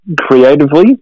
creatively